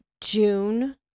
June